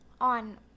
On